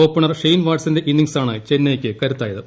opener Shane വാട്സന്റെ ഇന്നിംഗ്സാണ് ചെന്നൈയ്ക്ക് കരുത്തായത്